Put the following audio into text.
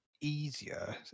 easier